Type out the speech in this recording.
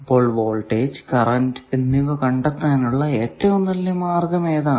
അപ്പോൾ voltage current എന്നിവ കണ്ടെത്താനുള്ള ഏറ്റവും നല്ല മാർഗം ഏതാണ്